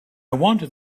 wanted